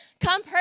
come